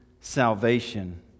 salvation